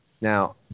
Now